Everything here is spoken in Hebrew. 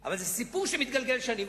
אבל זה סיפור שמתגלגל שנים.